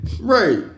right